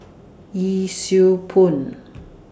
Yee Siew Pun